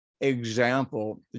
example